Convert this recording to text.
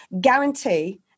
guarantee